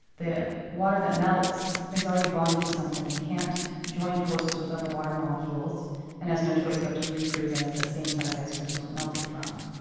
water that melts is already bonded to something and can't join forces with other water molecules and has no choice but to refreeze as the same size ice crystal it melted from.